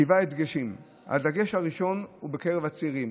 שבעה דגשים: הדגש הראשון הוא בקרב הצעירים,